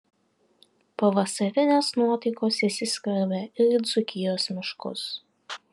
pavasarinės nuotaikos įsiskverbė ir į dzūkijos miškus